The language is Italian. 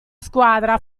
squadra